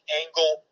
angle